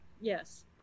yes